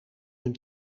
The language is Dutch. hun